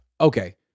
Okay